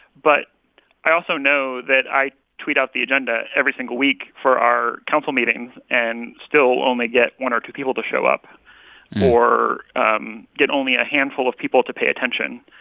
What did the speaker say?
but i also know that i tweet out the agenda every single week for our council meetings and still only get one or two people to show up or um get only a handful of people to pay attention.